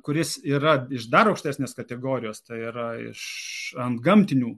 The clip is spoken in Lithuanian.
kuris yra iš dar aukštesnės kategorijos tai yra iš antgamtinių